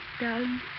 darling